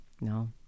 No